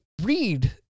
read